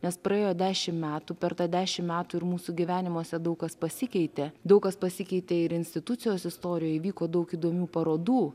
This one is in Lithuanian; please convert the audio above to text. nes praėjo dešim metų per tą dešim metų ir mūsų gyvenimuose daug kas pasikeitė daug kas pasikeitė ir institucijos istorijoj įvyko daug įdomių parodų